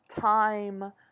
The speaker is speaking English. time